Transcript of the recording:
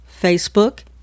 Facebook